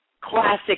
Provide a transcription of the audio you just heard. classic